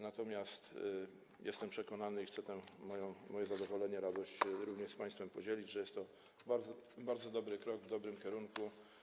Natomiast jestem przekonany - i chcę to moje zadowolenie, moją radość również z państwem dzielić - że jest to bardzo dobry krok w dobrym kierunku.